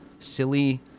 silly